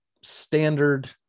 standard